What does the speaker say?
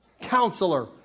Counselor